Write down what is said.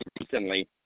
recently